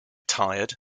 tired